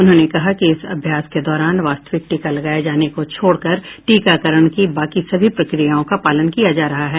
उन्होंने कहा कि इस अभ्यास के दौरान वास्तविक टीका लगाये जाने को छोड़कर टीकाकरण की बाकी सभी प्रक्रियाओं का पालन किया जा रहा है